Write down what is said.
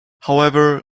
however